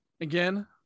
Again